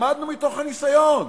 למדנו מתוך הניסיון: